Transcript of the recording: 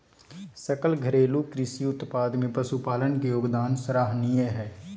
सकल घरेलू कृषि उत्पाद में पशुपालन के योगदान सराहनीय हइ